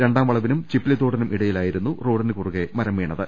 രണ്ടാം വള വിനും ചിപ്പിലിത്തോടിനും ഇടയിലായിരുന്നു റോഡിനു കുറുകെ മരം വീണത്